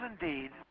indeed